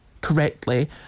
correctly